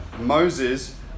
Moses